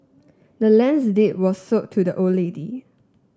the land's deed was sold to the old lady